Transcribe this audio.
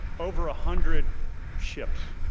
over a hundred ships,